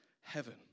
heaven